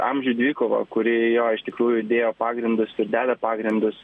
amžių dvikova kuri jo iš tikrųjų dėjo pagrindus ir deda pagrindus